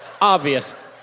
Obvious